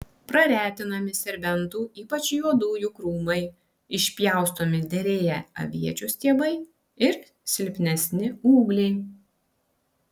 praretinami serbentų ypač juodųjų krūmai išpjaustomi derėję aviečių stiebai ir silpnesni ūgliai